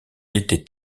était